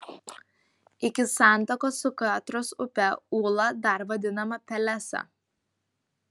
iki santakos su katros upe ūla dar vadinama pelesa